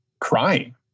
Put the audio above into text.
crying